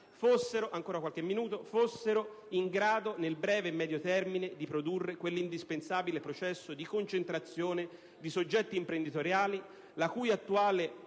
fossero in grado nel breve e medio periodo di produrre quell'indispensabile processo di concentrazione di soggetti imprenditoriali la cui attuale